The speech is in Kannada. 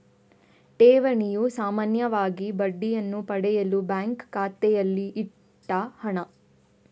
ಠೇವಣಿಯು ಸಾಮಾನ್ಯವಾಗಿ ಬಡ್ಡಿಯನ್ನ ಪಡೆಯಲು ಬ್ಯಾಂಕು ಖಾತೆಯಲ್ಲಿ ಇಟ್ಟ ಹಣ